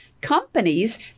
companies